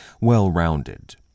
well-rounded